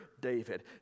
David